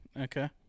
Okay